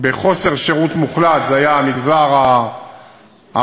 בחוסר שירות מוחלט, היה המגזר הערבי,